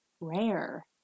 Rare